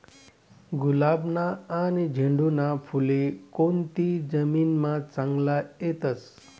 गुलाबना आनी झेंडूना फुले कोनती जमीनमा चांगला येतस?